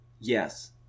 Yes